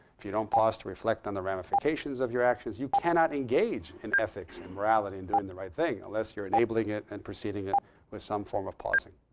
if you don't pause to reflect on the ramifications of your actions, you cannot engage in ethics, and morality, and doing the right thing, unless you're enabling it and proceeding it with some form of pausing.